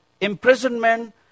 imprisonment